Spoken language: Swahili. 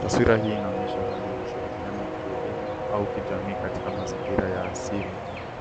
Taswira hii inaonyesha hali ya ushirikiano wa kielimu au kijamii katika mazingira ya asili.